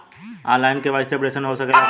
आन line KYC updation हो सकेला का?